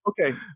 Okay